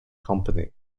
company